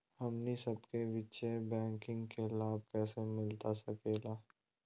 हमनी सबके वित्तीय बैंकिंग के लाभ कैसे मिलता सके ला?